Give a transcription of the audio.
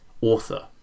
author